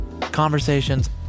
conversations